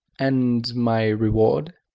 and my reward?